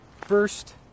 First